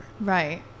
Right